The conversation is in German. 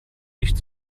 nicht